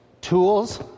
Tools